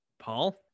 Paul